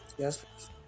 Yes